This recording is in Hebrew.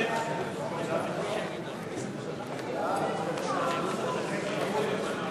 הצעת סיעת קדימה להביע אי-אמון בממשלה לא